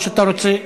או שאתה רוצה,